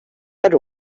per